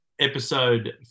Episode